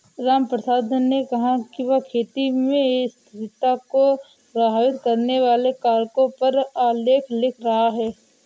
रामप्रसाद ने कहा कि वह खेती में स्थिरता को प्रभावित करने वाले कारकों पर आलेख लिख रहा है